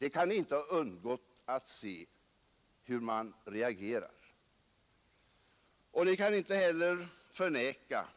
Ni kan inte ha undgått denna reaktion, och ni kan inte heller förneka